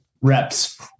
Reps